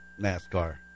NASCAR